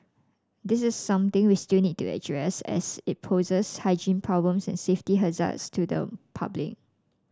this is something we still need to address as it poses hygiene problems and safety hazards to the public